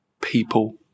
people